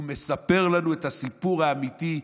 הוא מספרת לנו את הסיפור האמיתי,